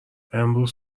امروز